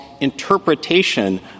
interpretation